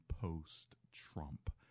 post-Trump